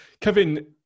Kevin